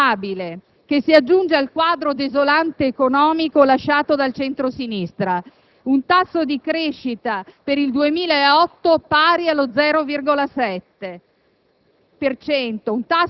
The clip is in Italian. un disastro contabile che si aggiunge al quadro economico desolante lasciato dal centro-sinistra, un tasso di crescita per il 2008 pari allo 0,7